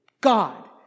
God